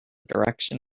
direction